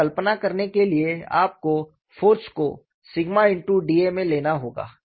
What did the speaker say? और कल्पना करने के लिए आपको फ़ोर्स को dA में लेना होगा